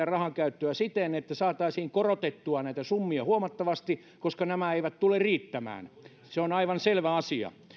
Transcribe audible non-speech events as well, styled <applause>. <unintelligible> rahankäyttöä siten että saataisiin korotettua näitä summia huomattavasti koska nämä eivät tule riittämään se on aivan selvä asia